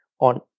on